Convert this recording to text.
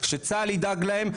שצה"ל ידאג להם,